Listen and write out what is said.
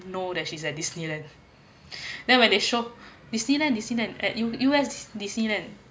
know that she is at disneyland then when they showed disneyland disneyland at U_S disneyland